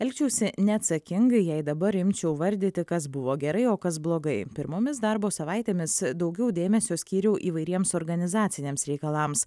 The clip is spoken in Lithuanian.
elgčiausi neatsakingai jei dabar imčiau vardyti kas buvo gerai o kas blogai pirmomis darbo savaitėmis daugiau dėmesio skyriau įvairiems organizaciniams reikalams